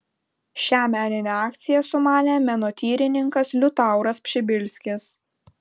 šią meninę akciją sumanė menotyrininkas liutauras pšibilskis